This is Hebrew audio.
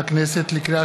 31, נגד,